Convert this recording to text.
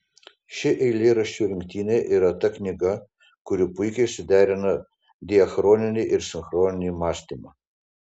ši eilėraščių rinktinė yra ta knyga kuri puikiai suderina diachroninį ir sinchroninį mąstymą